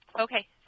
Okay